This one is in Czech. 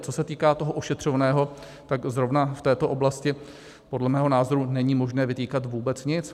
Co se týká toho ošetřovného, tak zrovna v této oblasti podle mého názoru není možné vytýkat vůbec nic.